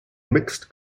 mixed